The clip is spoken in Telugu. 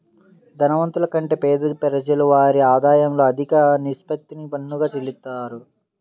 ధనవంతుల కంటే పేద ప్రజలు వారి ఆదాయంలో అధిక నిష్పత్తిని పన్నుగా చెల్లిత్తారు